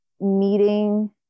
meeting